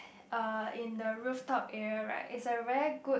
uh in the rooftop area right is a very good